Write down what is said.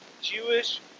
Jewish